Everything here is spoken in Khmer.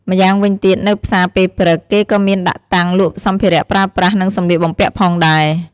ម្យ៉ាងវិញទៀត នៅផ្សារពេលព្រឹក គេក៏មានដាក់តាំងលក់សម្ភារៈប្រើប្រាស់ និងសម្លៀកបំពាក់ផងដែរ។